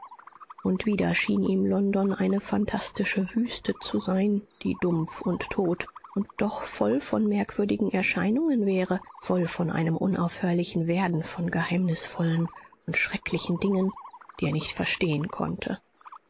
und wieder schien ihm london eine phantastische wüste zu sein die dumpf und tot und doch voll von merkwürdigen erscheinungen wäre voll von einem unaufhörlichen werden von geheimnisvollen und schrecklichen dingen die er nicht verstehen konnte